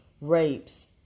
rapes